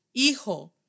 Hijo